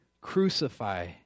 Crucify